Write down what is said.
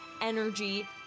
energy